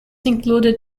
included